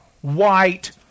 white